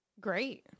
Great